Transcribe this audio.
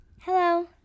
Hello